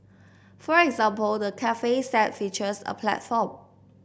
for example the cafe set features a platform